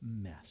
mess